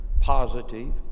positive